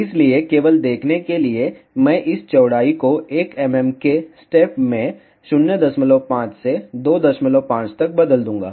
इसलिए केवल देखने के लिए मैं इस चौड़ाई को 1 mm के स्टेप में 05 से 25 तक बदल दूंगा